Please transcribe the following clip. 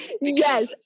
Yes